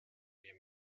wir